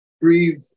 Breathe